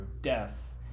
death